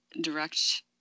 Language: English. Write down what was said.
direct